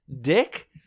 Dick